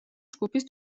ჯგუფის